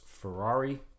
ferrari